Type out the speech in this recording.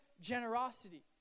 generosity